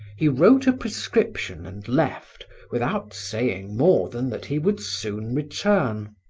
he wrote a prescription and left without saying more than that he would soon return.